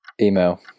Email